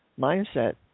mindset